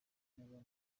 n’abana